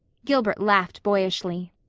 gilbert laughed boyishly.